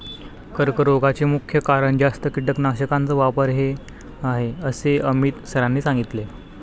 कर्करोगाचे मुख्य कारण जास्त कीटकनाशकांचा वापर हे आहे असे अमित सरांनी सांगितले